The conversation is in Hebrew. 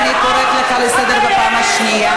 אני קוראת אותך לסדר פעם שלישית.